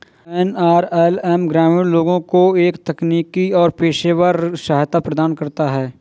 NRLM ग्रामीण लोगों को तकनीकी और पेशेवर सहायता प्रदान करता है